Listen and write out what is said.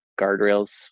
guardrails